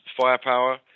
Firepower